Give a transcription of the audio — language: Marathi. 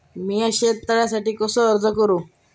मीया शेत तळ्यासाठी कसो अर्ज करू?